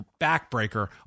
backbreaker